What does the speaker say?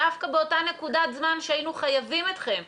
דווקא באותה נקודת זמן שהיינו חייבים אתכם,